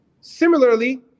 Similarly